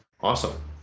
Awesome